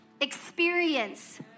experience